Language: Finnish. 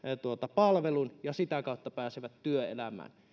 palvelun ja sitä kautta pääsevät työelämään